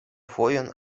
fojon